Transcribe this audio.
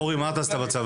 אורי, מה אתה עשית בצבא?